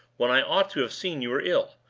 when i ought to have seen you were ill.